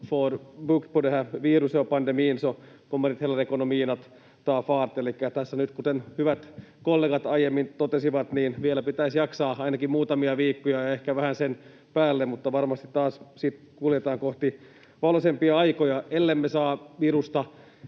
inte heller ekonomin att ta fart. Elikkä tässä nyt, kuten hyvät kollegat aiemmin totesivat, vielä pitäisi jaksaa ainakin muutamia viikkoja ja ehkä vähän sen päälle, mutta varmasti taas sitten kuljetaan kohti valoisampia aikoja.